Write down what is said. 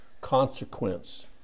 consequence